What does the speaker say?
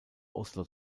oslo